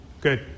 Good